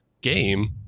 game